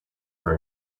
for